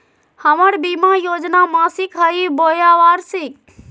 हमर बीमा योजना मासिक हई बोया वार्षिक?